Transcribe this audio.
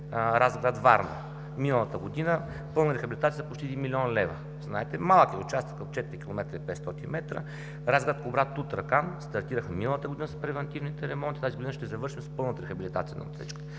Разград – Варна. Миналата година – пълна рехабилитация за почти 1 млн. лв. Знаете, малък е участъкът, от 4,5 км. Разград – Кубрат – Тутракан – стартирахме миналата година с превантивните ремонти, тази година ще завърши пълната рехабилитация на отсечката.